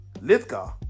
Lithgow